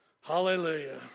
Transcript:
hallelujah